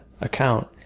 account